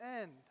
end